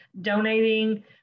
donating